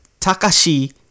Takashi